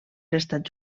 estats